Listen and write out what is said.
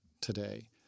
today